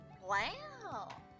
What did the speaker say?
Wow